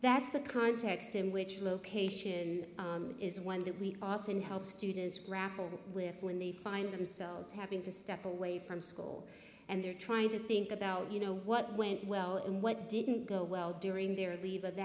that's the context in which location is one that we often help students grapple with when they find themselves having to step away from school and they're trying to think about you know what went well and what didn't go well during their leave of